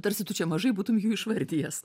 tarsi tu čia mažai būtum jų išvardijęs